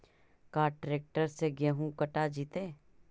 का ट्रैक्टर से गेहूं कटा जितै?